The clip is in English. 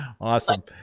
Awesome